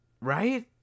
Right